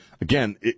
again